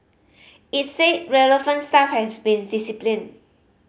it said relevant staff has been disciplined